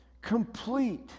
complete